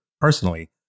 personally